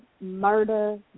murder